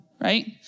right